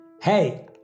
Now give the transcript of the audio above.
Hey